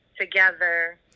together